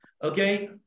Okay